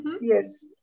Yes